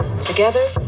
Together